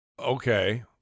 Okay